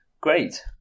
great